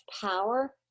power